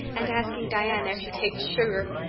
and asking diana if she takes sugar!